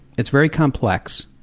it's very complex.